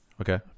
okay